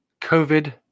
COVID